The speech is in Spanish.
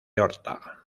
horta